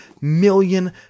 million